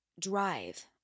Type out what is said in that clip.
Drive